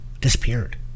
disappeared